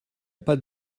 pas